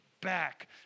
back